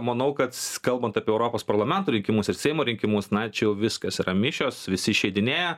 manau kad kalbant apie europos parlamento rinkimus ir seimo rinkimus na čia jau viskas yra mišios visi išeidinėja